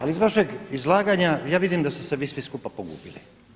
Ali iz vašeg izlaganja ja vidim da ste se vi svi skupa pogubili.